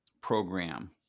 program